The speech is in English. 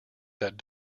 that